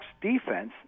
defense